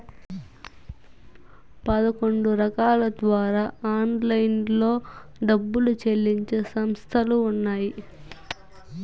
పదకొండు రకాల ద్వారా ఆన్లైన్లో డబ్బులు చెల్లించే సంస్థలు ఉన్నాయి